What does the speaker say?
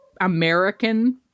American